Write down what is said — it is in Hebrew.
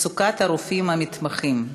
מצוקת הרופאים המתמחים,